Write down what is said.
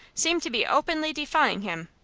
seemed to be openly defying him.